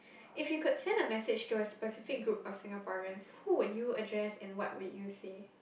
if you could send a message to a specific group of Singaporeans who would you address and what would you say